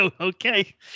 okay